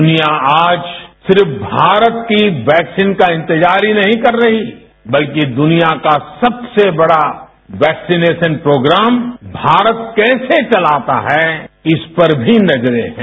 दुनिया आज सिर्फ भारत की वैक्सीन का इंतजार ही नहीं कर रही बल्कि दुनिया का सबसे बड़ा वैक्सीनेशन प्रोग्राम भारत कैसे चलाता है इस पर भी नजरें हैं